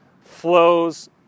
flows